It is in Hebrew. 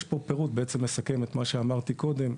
יש פה פירוט שבעצם מסכם את מה שאמרתי קודם.